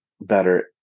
better